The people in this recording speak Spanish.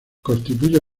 constituye